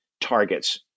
targets